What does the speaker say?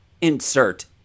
Insert